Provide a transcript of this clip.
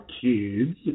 kids